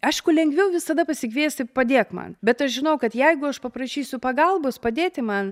aišku lengviau visada pasikviesti padėk man bet aš žinojau kad jeigu aš paprašysiu pagalbos padėti man